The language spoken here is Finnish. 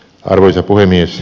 arvoisa puhemies